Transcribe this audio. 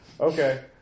Okay